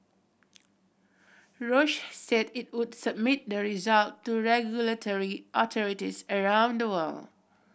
Roche said it would submit the result to regulatory around the world